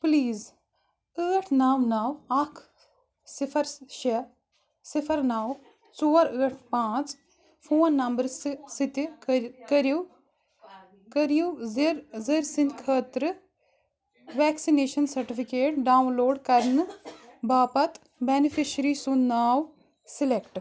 please ٲٹھ نَو نَو اکھ صِفر شےٚ صِفر نَو ژور ٲٹھ پانٛژھ فون نمبرٕ سہٕ سۭتہِ کٔہ کٔرِو کٔرِو زِ ذٔرۍ سٕنٛدۍ خٲطرٕ وٮ۪کسِنیشن سرٹِفکیٹ ڈاوُن لوڈ کرنہٕ باپتھ بٮ۪نِفشری سُنٛد ناو سِلٮ۪کٹ